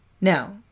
Now